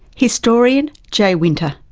historian, jay winter.